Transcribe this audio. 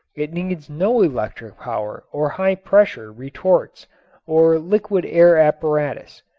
it needs no electric power or high pressure retorts or liquid air apparatus.